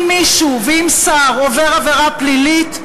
אם מישהו, ואם שר עובר עבירה פלילית,